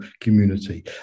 community